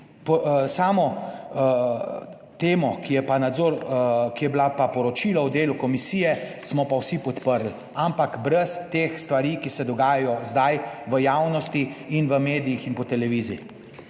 Samo temo, ki je bila pa poročilo o delu komisije, smo pa vsi podprli, ampak brez teh stvari, ki se dogajajo zdaj v javnosti in v medijih in po televiziji.